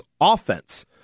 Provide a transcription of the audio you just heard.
offense